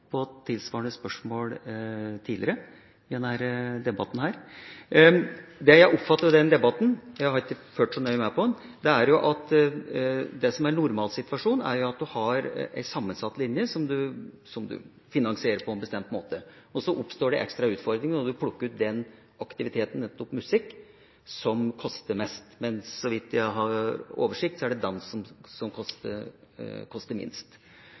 et tilsvarende spørsmål tidligere i denne debatten. Det jeg har oppfattet av denne debatten – jeg har ikke fulgt så nøye med på den – er at det som er normalsituasjonen, er at en har en sammensatt linje som en finansierer på en bestemt måte. Så oppstår det ekstra utfordringer når en plukker ut den aktiviteten, nettopp musikk, som koster mest, men så vidt jeg har oversikt over, er det dansen som koster minst.